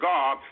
God